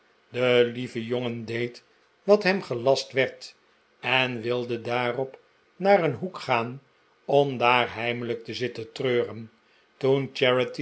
de lieve jongen deed wat hem gelast werd en wilde daarop naar een hoek gaan om daar heimelijk te zitten treuren toen